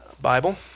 Bible